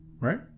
Right